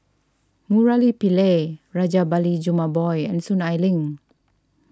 Murali Pillai Rajabali Jumabhoy and Soon Ai Ling